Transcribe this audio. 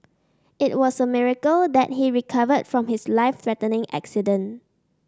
it was a miracle that he recovered from his life threatening accident